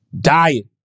Diet